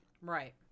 Right